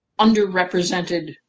underrepresented